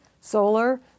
solar